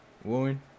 One